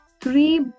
three